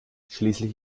schließlich